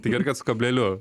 tai gerai kad su kableliu